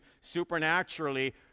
supernaturally